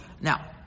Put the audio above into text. Now